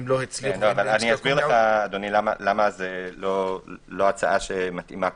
אסביר למה זו לא הצעה מתאימה.